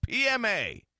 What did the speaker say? PMA